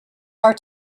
are